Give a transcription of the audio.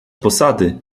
posady